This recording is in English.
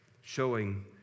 showing